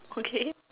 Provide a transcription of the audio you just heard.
okay